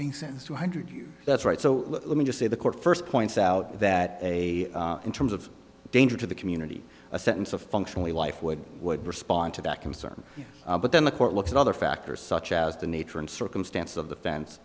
two hundred years that's right so let me just say the court first points out that a in terms of danger to the community a sentence of functionally life would would respond to that concern but then the court looks at other factors such as the nature and circumstance of the fence